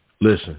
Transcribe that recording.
listen